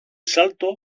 salto